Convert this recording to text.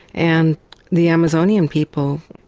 and the amazonian people,